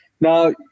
Now